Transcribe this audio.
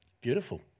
Beautiful